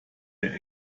der